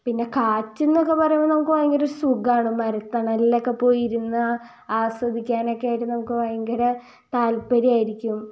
പിന്നെ കാറ്റ്ന്നക്കെ പറയുമ്പം നമുക്ക് ഭയങ്കര സുഖമാണ് മരത്തണലിലക്കെ പോയിരുന്ന് ആസ്വദിക്കാനക്കെയിട്ട് നമുക്ക് ഭയങ്കര താൽപ്പര്യമായിരിക്കും